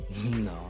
No